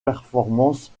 performance